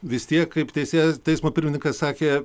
vis tiek kaip teisėjas teismo pirmininkas sakė